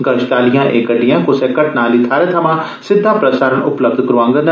गश्त आह्लियां एह् गड्डियां कुसै घटना आह्ली थाह्रै थमां सिद्दा प्रसारण उपलब्ध करोआङन